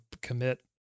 commit